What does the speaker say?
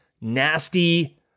nasty